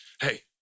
hey